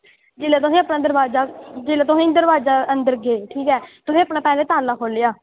जेल्लै तुसें अपना दरोआजा जेल्लै तुस दरोआजै दे अंदर गे ठीक ऐ तुसें अपना पैह्लें ताला खोल्लेआ